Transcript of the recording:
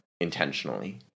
intentionally